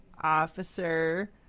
Officer